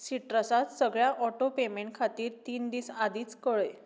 सिटरसात सगळ्या auto payment खातीर तीन दीस आदींच कळय